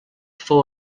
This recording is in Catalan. fou